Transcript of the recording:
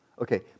Okay